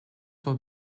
for